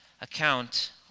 account